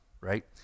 Right